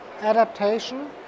adaptation